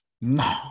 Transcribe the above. no